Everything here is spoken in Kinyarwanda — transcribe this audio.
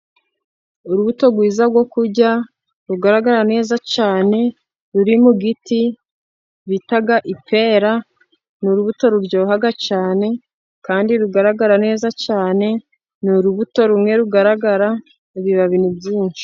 Urubuto rwiza rwo kurya rugaragara neza cyane ruri mu giti, bita ipera. Ni urubuto ruryoha cyane kandi rugaragara neza cyane. Ni urubuto rumwe rugaragara, ibibabi ni byinshi.